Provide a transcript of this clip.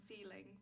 feeling